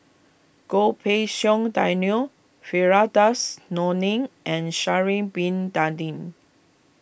Goh Pei Siong Daniel Firdaus Nordin and Sha'ari Bin Tadin